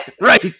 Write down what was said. right